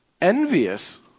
envious